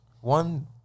One